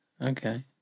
Okay